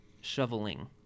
shoveling